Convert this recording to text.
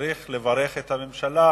שצריך לברך את הממשלה,